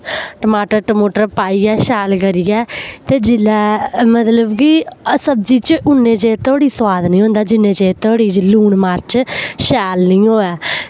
टमाटर टमुटर पाइयै शैल करियै ते जिल्लै मतलब कि अस सब्जी च उन्ने चिर धोड़ी सोआद निं होंदा जिन्ने चिर धोड़ी लून मर्च शैल निं होऐ